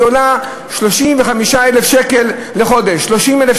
היא עולה 35,000 שקל לחודש,